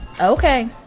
okay